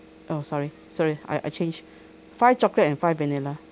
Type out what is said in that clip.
oh sorry sorry I I change five chocolate and five vanilla